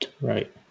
Right